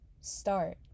Start